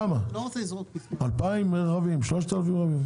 בכמה רכבים מדובר, 2,000 רכבים, 3,000 רכבים?